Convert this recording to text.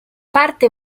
parte